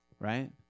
right